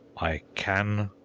i can,